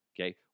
okay